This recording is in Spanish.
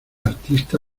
artista